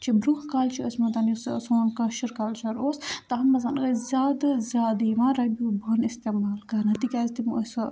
چھِ برٛۄنٛہہ کالہِ چھِ ٲسمُت یُس سوٗن کٲشُر کَلچَر اوٗس تَتھ منٛز ٲسۍ زیادٕ زیادٕ یِوان رَبیوٗ بانہٕ اِستعمال کَرنہٕ تِکیٛازِ تِم ٲسۍ سۄ